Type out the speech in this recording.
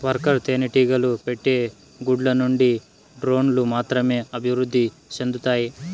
worker తేనెటీగలు పెట్టే గుడ్ల నుండి డ్రోన్లు మాత్రమే అభివృద్ధి సెందుతాయి